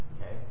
okay